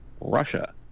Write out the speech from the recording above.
Russia